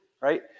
Right